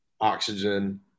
Oxygen